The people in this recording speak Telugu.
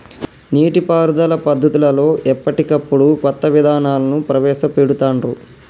నీటి పారుదల పద్దతులలో ఎప్పటికప్పుడు కొత్త విధానాలను ప్రవేశ పెడుతాన్రు